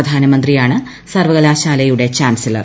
പ്രധാനമന്ത്രിയാണ് സർവകലാശാലയുടെ ചാൻസലർ